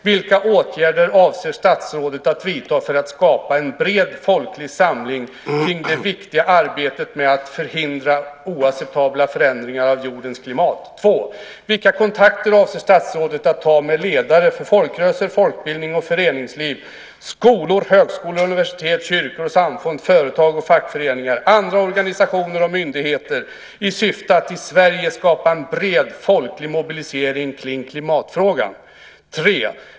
Vilka åtgärder avser statsrådet att vidta för att skapa en bred folklig samling kring det viktiga arbetet med att förhindra oacceptabla förändringar av jordens klimat? 2. Vilka kontakter avser statsrådet att ta med ledare för folkrörelser, folkbildning och föreningsliv, skolor och samfund, företag och fackföreningar samt andra organisationer och myndigheter i syfte att i Sverige skapa en bred folklig mobilisering kring klimatfrågan? 3.